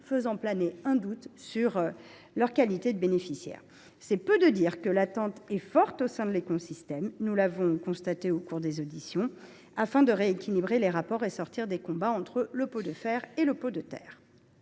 laisse planer un doute sur leur qualité de bénéficiaires. C’est peu dire que l’attente est forte au sein de l’écosystème – nous l’avons constaté au cours des auditions – afin de rééquilibrer les rapports et de mettre fin au combat entre le pot de fer et le pot de terre.